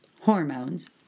hormones